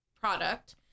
product